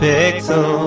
Pixel